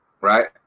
right